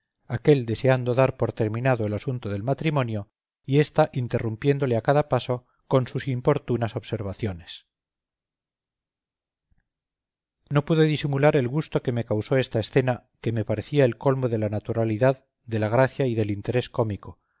aquél deseando dar por terminado el asunto del matrimonio y ésta interrumpiéndole a cada paso con sus importunas observaciones no pude disimular el gusto que me causó esta escena que me parecía el colmo de la naturalidad de la gracia y del interés cómico